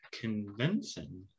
convincing